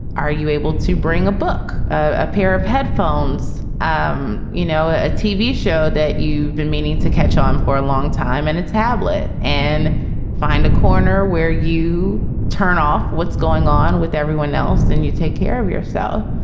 are you able to bring a book, a pair of headphones, um you know, a a tv show that you've been meaning to catch on for a long time and a tablet and find a corner where you turn off what's going on with everyone else. then you take care of yourself.